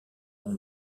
ont